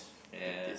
ya